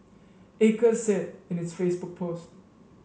acres said in its Facebook post